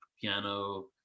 piano